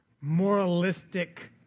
moralistic